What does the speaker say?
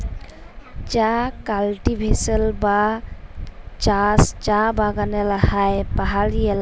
চাঁ কাল্টিভেশল বা চাষ চাঁ বাগালে হ্যয় পাহাড়ি ইলাকায়